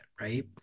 right